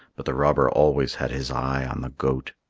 but the robber always had his eye on the goat.